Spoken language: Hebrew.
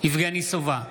יבגני סובה,